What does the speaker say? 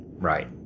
Right